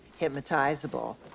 hypnotizable